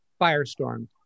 firestorm